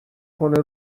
کنه